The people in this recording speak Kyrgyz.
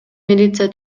милиция